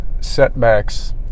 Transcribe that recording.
setbacks